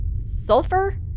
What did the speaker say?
Sulfur